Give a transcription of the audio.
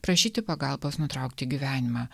prašyti pagalbos nutraukti gyvenimą